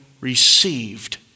received